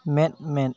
ᱢᱮᱸᱫᱼᱢᱮᱸᱫ